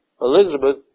Elizabeth